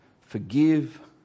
forgive